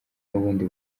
n’ubundi